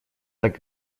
так